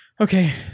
Okay